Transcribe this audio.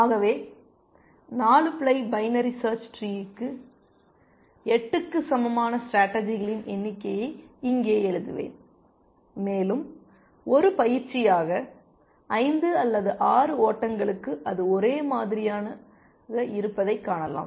ஆகவே 4 ply binary search ட்ரீயிற்கு 8 க்கு சமமான ஸ்டேடர்ஜிகளின் எண்ணிக்கையை இங்கே எழுதுவேன் மேலும் ஒரு பயிற்சியாக 5 அல்லது 6 ஓட்டங்களுக்கு அது ஒரே மாதிரியாக இருப்பதைக் காணலாம்